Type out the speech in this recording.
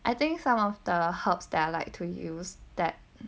I think some of the herbs that I like to use that